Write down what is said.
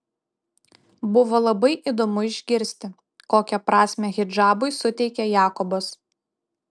buvo labai įdomu išgirsti kokią prasmę hidžabui suteikia jakobas